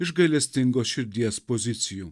iš gailestingos širdies pozicijų